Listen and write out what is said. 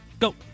Go